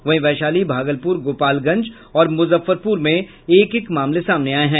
वहीं वैशाली भागलपुर गोपालगंज और मुजफ्फरपुर में एक एक मामले सामने आये हैं